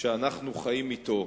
שאנחנו חיים בו.